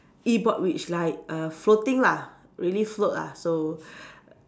E board which like err floating lah really float lah so